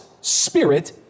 spirit